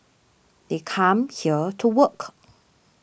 they come here to work